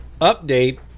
update